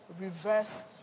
reverse